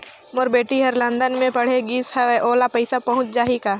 मोर बेटी हर लंदन मे पढ़े गिस हय, ओला पइसा पहुंच जाहि?